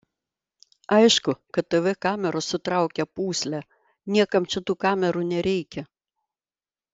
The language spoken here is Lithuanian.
aišku kad tv kameros sutraukia pūslę niekam čia tų kamerų nereikia